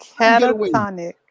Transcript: catatonic